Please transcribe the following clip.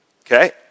Okay